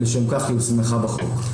כי לשם כך היא הוסמכה בחוק.